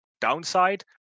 downside